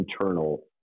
internal